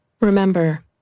Remember